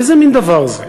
איזה מין דבר זה?